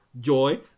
joy